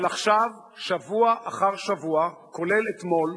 אבל עכשיו, שבוע אחר שבוע, כולל אתמול,